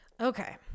Okay